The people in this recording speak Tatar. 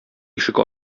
ишек